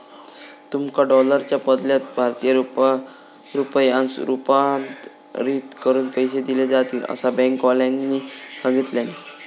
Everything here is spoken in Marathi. तुमका डॉलरच्या बदल्यात भारतीय रुपयांत रूपांतरीत करून पैसे दिले जातील, असा बँकेवाल्यानी सांगितल्यानी